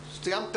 סובה,